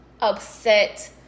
upset